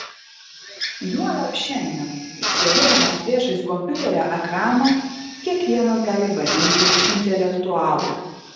juolab šiandien sėdėdamas priešais kompiuterio ekraną kiekvienas gali vadintis intelektualu